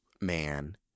man